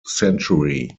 century